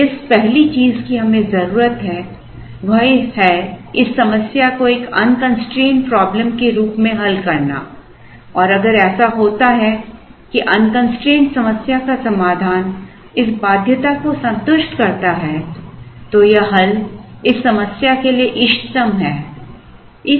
अब जिस पहली चीज़ की हमें ज़रूरत है वह है इस समस्या को एक अनकंस्ट्रेंड प्रॉब्लम के रूप में हल करना और अगर ऐसा होता है कि अनकंस्ट्रेंड समस्या का समाधान इस बाध्यता को संतुष्ट करता है तो यह हल इस समस्या के लिए इष्टतम है